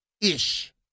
ish